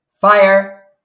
fire